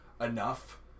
enough